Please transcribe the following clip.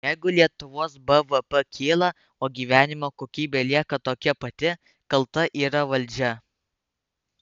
jeigu lietuvos bvp kyla o gyvenimo kokybė lieka tokia pati kalta yra valdžia